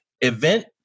event